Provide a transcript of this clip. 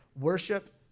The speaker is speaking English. worship